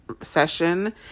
session